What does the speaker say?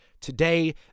today